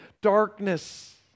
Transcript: darkness